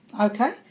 Okay